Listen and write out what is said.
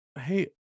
hey